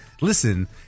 Listen